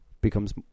becomes